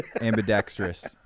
ambidextrous